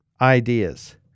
ideas